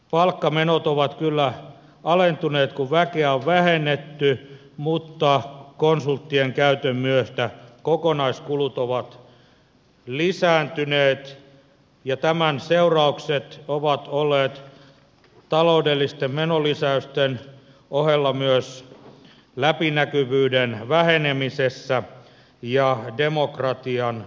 palkkamenot ovat kyllä alentuneet kun väkeä on vähennetty mutta konsulttien käytön myötä kokonaiskulut ovat lisääntyneet ja tämän seuraukset ovat olleet taloudellisten menolisäysten ohella myös läpinäkyvyyden vähenemisessä ja demokratian ohenemisessa